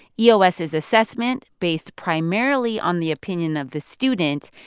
eos's assessment, based primarily on the opinion of the student,